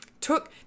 took